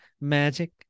Magic